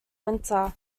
winter